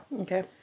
Okay